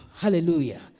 Hallelujah